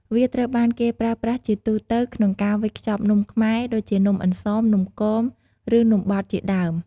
វាត្រូវបានគេប្រើប្រាស់ជាទូទៅក្នុងការវេចខ្ចប់នំខ្មែរ ដូចជានំអន្សម នំគម ឬនំបត់ ជាដើម។